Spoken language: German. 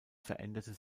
veränderte